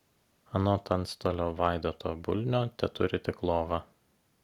anot antstolio vaidoto bulnio teturi tik lovą